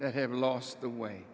that have lost the way